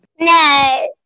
No